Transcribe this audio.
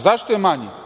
Zašto je manji?